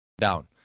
down